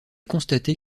constaté